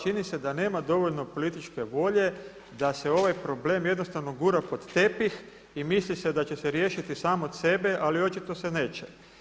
Čini se da nema dovoljno političke volje da se ovaj problem jednostavno gura pod tepih i misli se da će se riješiti sam od sebe, ali očito se neće.